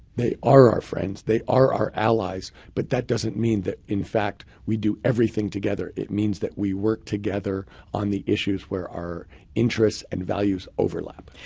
they are our friends, they are our allies. but that doesn't mean that, in fact, we do everything together. it means that we work together on the issues where our interests and values overlap.